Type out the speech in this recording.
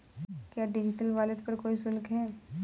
क्या digital wallet पर कोई शुल्क है?